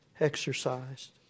exercised